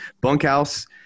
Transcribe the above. Bunkhouse